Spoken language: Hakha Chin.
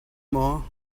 maw